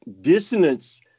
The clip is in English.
dissonance